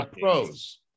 pros